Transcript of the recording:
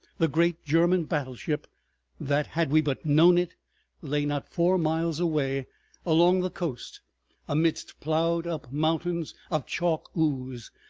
the great german battleship that had we but known it lay not four miles away along the coast amidst ploughed-up mountains of chalk ooze,